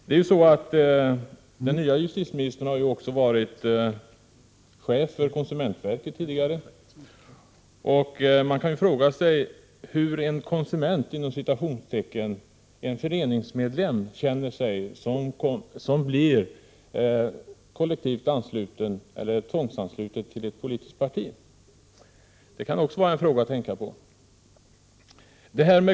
Den nya justitieministern har ju tidigare varit chef för konsumentverket. Man kan fråga sig hur en ”konsument”, en föreningsmedlem, känner sig då han/hon blir kollektivt ansluten eller tvångsansluten till ett politiskt parti. Det kan också vara en fråga att tänka på.